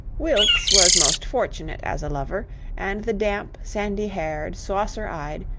wilkes was most fortunate as a lover and the damp, sandy-haired, saucer-eyed,